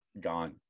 gone